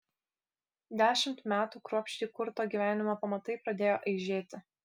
dešimt metų kruopščiai kurto gyvenimo pamatai pradėjo aižėti